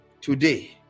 Today